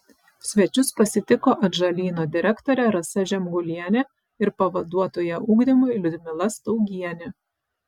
svečius pasitiko atžalyno direktorė rasa žemgulienė ir pavaduotoja ugdymui liudmila staugienė